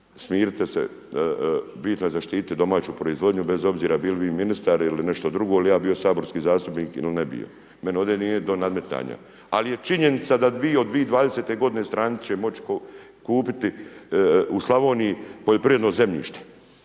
smirite se bitno je zaštititi domaću proizvodnju bez obzira bili vi ministar ili nešto drugo ili ja bio saborski zastupnik il ne bio. Meni ovdje nije do nadmetanja, ali je činjenica da dvi od 2020. godine stranci će moć kupiti u Slavoniji poljoprivredno zemljište.